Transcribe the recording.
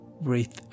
Breathe